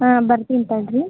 ಹಾಂ ಬರ್ತೀನಿ ತಗೋಳ್ರೀ